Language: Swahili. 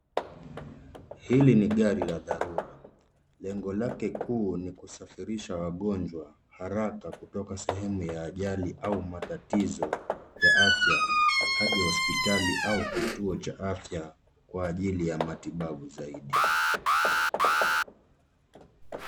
Hili ni gari la dharura. Lengo lake kuu ni kusafirisha wagonjwa haraka kutoka kwenye sehemu ya ajali au matatizo la afya hadi hospitali au kituo cha afya kwa ajili ya matibabu zaidi.